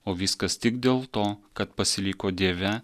o viskas tik dėl to kad pasiliko dieve